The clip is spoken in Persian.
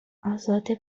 ازاده